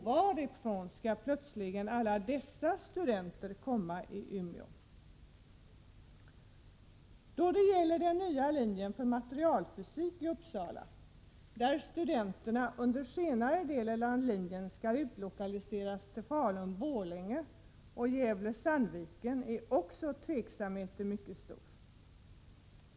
Varifrån skall plötsligt alla dessa studenter komma till Umeå? Vad gäller den nya linjen för materialfysik i Uppsala, där studenterna under den senare delen av utbildningen får flytta till Falun Sandviken, är tveksamheten också mycket stor.